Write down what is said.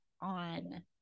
on